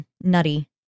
nutty